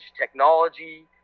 technology